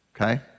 Okay